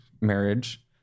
marriage